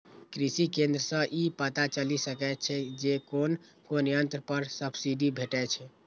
कृषि केंद्र सं ई पता चलि सकै छै जे कोन कोन यंत्र पर सब्सिडी भेटै छै